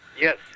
Yes